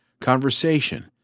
conversation